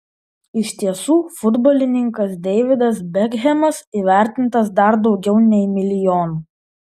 iš tiesų futbolininkas deividas bekhemas įvertintas dar daugiau nei milijonu